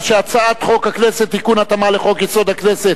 הצעת חוק הכנסת (תיקון, התאמה לחוק-יסוד: הכנסת),